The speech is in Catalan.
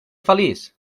feliç